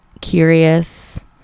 curious